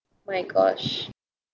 my gosh